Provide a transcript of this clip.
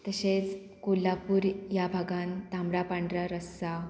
तशेंच कोल्हापूर ह्या भागान तांबडा पांड्रा रस्सा